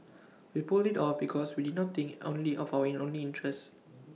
we pulled IT off because we did not think only of our in lonely interests